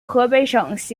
河北省